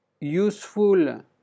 useful